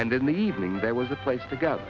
and in the evening there was a place to go